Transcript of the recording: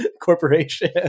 Corporation